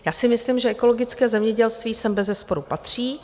Já si myslím, že ekologické zemědělství sem bezesporu patří.